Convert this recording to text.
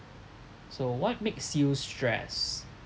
so what makes you stress